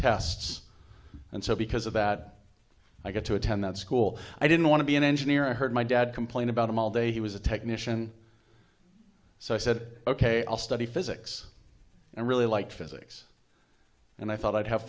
tests and so because of that i got to attend that school i didn't want to be an engineer i heard my dad complain about him all day he was a technician so i said ok i'll study physics and really like physics and i thought i'd have